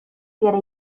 fiera